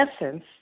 essence